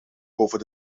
boven